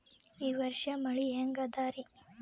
ಈ ವರ್ಷ ಮಳಿ ಹೆಂಗ ಅದಾರಿ?